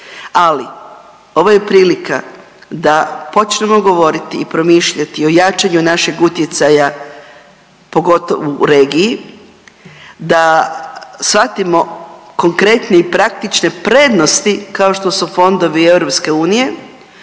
ali ovo je prilika da počnemo govoriti i promišljati o jačanju našeg utjecaja pogotovo u regiji, da shvatimo konkretne i praktične prednosti kao što su fondovi EU